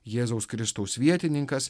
jėzaus kristaus vietininkas